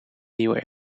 nieuwe